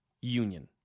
union